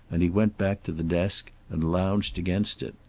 and he went back to the desk and lounged against it.